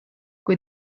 kui